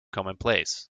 commonplace